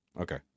okay